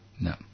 No